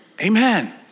Amen